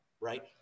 right